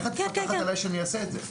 איך את יודעת שאני אעשה את זה?